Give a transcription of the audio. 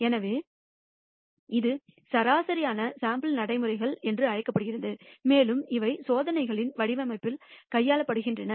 எனவே இது சரியான சாம்பிள் நடைமுறைகள் என்று அழைக்கப்படுகிறது மேலும் இவை சோதனைகளின் வடிவமைப்பில் கையாளப்படுகின்றன